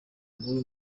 mubi